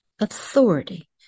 authority